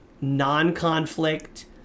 non-conflict